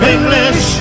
English